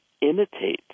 imitate